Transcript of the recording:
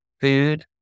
food